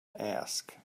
ask